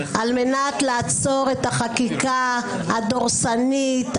על מנת לעצור את החקיקה הדורסנית,